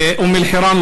ואום-אלחיראן,